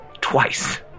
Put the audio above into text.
twice